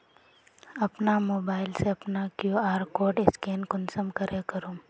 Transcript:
अपना मोबाईल से अपना कियु.आर कोड स्कैन कुंसम करे करूम?